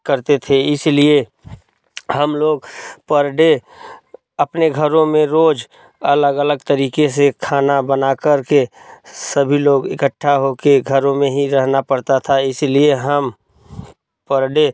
करते थे इसीलिए हम लोग पर डे अपने घरों में रोज अलग अलग तरीके से खाना बना कर के सभी लोग इकट्ठा हो कर घरों में ही रहना पड़ता था इसलिए हम पर डे